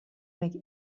make